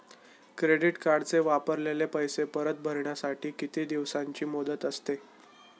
Credit कार्डचे वापरलेले पैसे परत भरण्यासाठी किती दिवसांची मुदत असते?